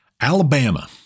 Alabama